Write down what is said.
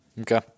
Okay